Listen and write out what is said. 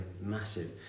massive